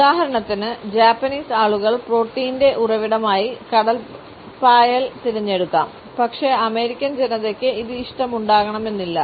ഉദാഹരണത്തിന് ജാപ്പനീസ് ആളുകൾ പ്രോട്ടീന്റെ ഉറവിടമായി കടൽപ്പായൽ തിരഞ്ഞെടുക്കാം പക്ഷേ അമേരിക്കൻ ജനതയ്ക്ക് ഇത് ഇഷ്ടം ഉണ്ടാകണമെന്നില്ല